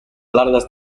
largas